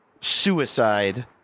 suicide